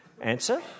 Answer